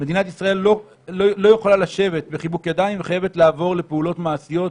מדינת ישראל לא יכולה לשבת בחיבוק ידיים וחייבת לעבור לפעולות מעשיות,